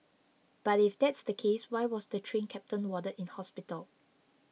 but if that's the case why was the Train Captain warded in hospital